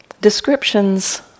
descriptions